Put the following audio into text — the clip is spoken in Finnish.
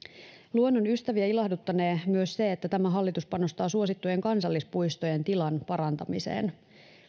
luonnonystäviä ilahduttanee myös se että tämä hallitus panostaa suosittujen kansallispuistojen tilan parantamiseen